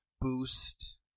boost